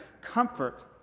comfort